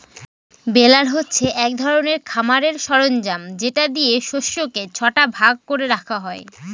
বেলার হচ্ছে এক ধরনের খামারের সরঞ্জাম যেটা দিয়ে শস্যকে ছটা ভাগ করে রাখা হয়